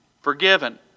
forgiven